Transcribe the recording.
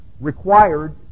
required